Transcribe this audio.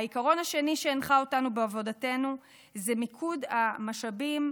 העיקרון השני שהנחה אותנו בעבודתנו הוא מיקוד המשאבים,